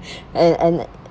and and